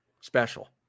special